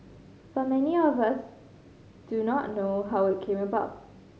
but many of us do not know how it came about